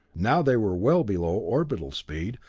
now they were well below orbital speed,